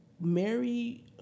Mary